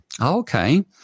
Okay